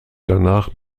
danach